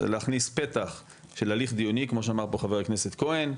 זה להכניס פתח של הליך דיוני כמו שאמר כאן חבר הכנסת כהן,